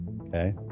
Okay